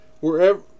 Wherever